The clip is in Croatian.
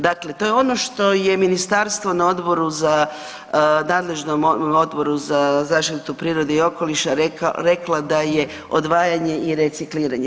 Dakle to je ono što je Ministarstvo na odboru za, nadležnom Odboru za zaštitu prirode i okoliša rekla da je odvajanje i recikliranje.